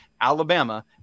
Alabama